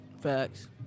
facts